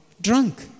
drunk